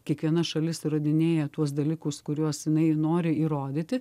kiekviena šalis įrodinėja tuos dalykus kuriuos jinai nori įrodyti